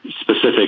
specific